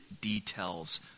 details